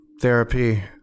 therapy